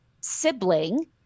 sibling